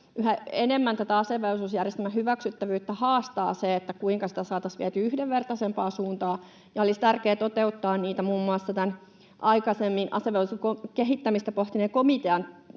Yhä enemmän tätä asevelvollisuusjärjestelmän hyväksyttävyyttä haastaa se, kuinka sitä saataisiin vietyä yhdenvertaisempaan suuntaan. Olisi tärkeää toteuttaa muun muassa niitä tämän aikaisemmin asevelvollisuuden kehittämistä pohtineen komitean